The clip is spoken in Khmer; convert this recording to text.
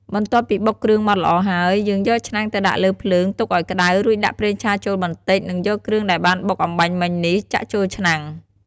បន្ទាប់ពីបុកគ្រឿងម៉ដ្ឋល្អហើយ យើងយកឆ្នាំងទៅដាក់លើភ្លើង ទុកឱ្យក្ដៅ រួចដាក់ប្រេងឆាចូលបន្តិច និងយកគ្រឿងដែលបានបុកអំបាញ់មិញនេះចាក់ចូលឆ្នាំង។